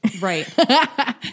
Right